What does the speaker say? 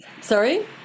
Sorry